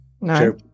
No